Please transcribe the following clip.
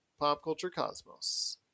PopCultureCosmos